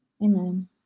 Amen